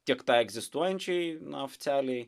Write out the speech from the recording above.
tiek tai egzistuojančiai oficialiai